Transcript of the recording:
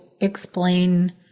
explain